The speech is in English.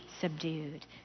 subdued